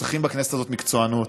צריכים בכנסת הזאת מקצוענות,